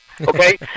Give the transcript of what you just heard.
okay